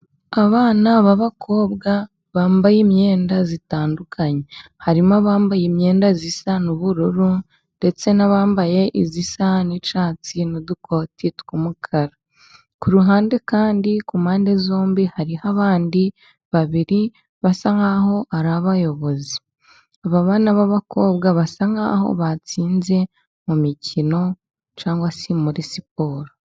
Abana b'abakobwa bambaye imyenda itandukanye. Harimo abambaye imyenda isa n'ubururu ndetse n'abambaye iyisa n'icyatsi n'udukoti tw'umukara. Ku ruhande kandi ku mpande zombi hariho abandi babiri basa nkaho ari abayobozi. Aba bana b' abakobwa basa nkaho batsinze mu mikino cyangwa se muri siporo.